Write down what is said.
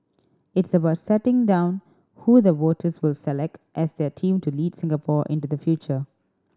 it's about setting down who the voters will select as their team to lead Singapore into the future